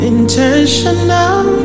Intentional